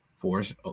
force